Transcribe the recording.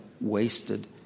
wasted